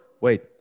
Wait